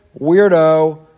Weirdo